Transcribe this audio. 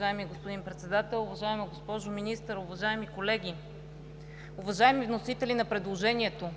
Уважаеми господин Председател, уважаема госпожо Министър, уважаеми колеги! Уважаеми вносители на предложението,